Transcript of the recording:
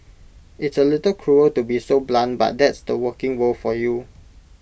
it's A little cruel to be so blunt but that's the working world for you